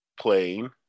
playing